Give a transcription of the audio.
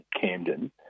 Camden